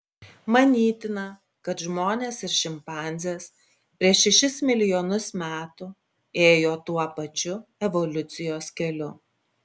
manytina kad žmonės ir šimpanzės prieš šešis milijonus metų ėjo tuo pačiu evoliucijos keliu